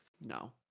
No